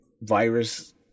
virus